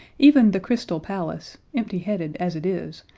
even the crystal palace, empty-headed as it is,